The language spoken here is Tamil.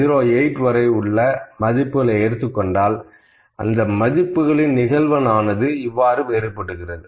08 வரை உள்ள மதிப்புகள் எடுத்துக்கொண்டால் அந்த மதிப்புகளின் நிகழ்வெண் ஆனது இவ்வாறு வேறுபடுகிறது